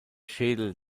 schädel